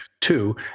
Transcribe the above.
Two